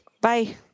Bye